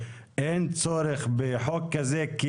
האם הטיעון הוא שאין צורך בחוק כזה כי